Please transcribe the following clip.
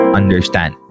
understand